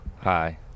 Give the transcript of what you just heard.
Hi